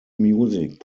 music